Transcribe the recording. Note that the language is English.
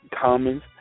Common's